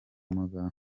muganga